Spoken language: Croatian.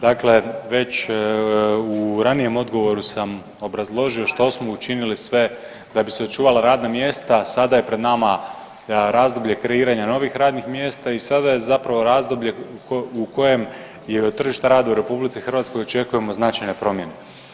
Dakle, već u ranijem odgovoru sam obrazložio što smo učinili sve da bi se očuvala radna mjesta, sada je pred nama razdoblje kreiranja novih radnih mjesta i sada je zapravo razdoblje u kojem je tržište rada u RH očekujemo značajne promjene.